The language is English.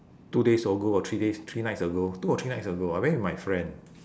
two days ago or three days three nights ago two or three nights ago I went with my friend